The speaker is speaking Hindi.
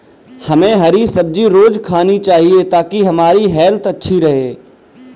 हमे हरी सब्जी रोज़ खानी चाहिए ताकि हमारी हेल्थ अच्छी रहे